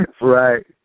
Right